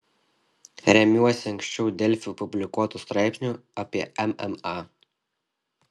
remiuosi ankščiau delfi publikuotu straipsniu apie mma